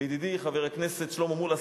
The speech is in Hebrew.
וידידי חבר הכנסת שלמה מולה,